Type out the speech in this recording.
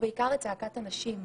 ובעיקר את צעקת הנשים.